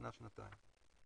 שנה-שנתיים.